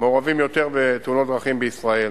מעורבים יותר בתאונות דרכים בישראל